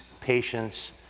patience